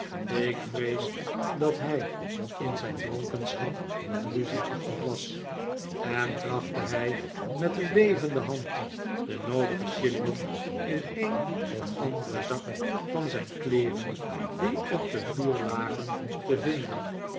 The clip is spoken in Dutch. ik vrees dat hij in zijn dronkenschap wat ruzieachtig was en trachtte hij met een bevende hand de noodige shillingen in een of anderen zak van zijn kleeren die op den vloer lagen te vinden